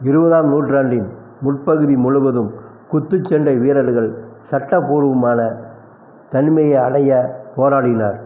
இருபதாம் நூற்றாண்டின் முற்பகுதி முழுவதும் குத்துச்சண்டை வீரர்கள் சட்டபூர்வமான தன்மையை அடைய போராடினார்